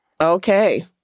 Okay